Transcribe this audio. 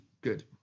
good